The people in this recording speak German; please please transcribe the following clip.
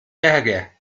ärger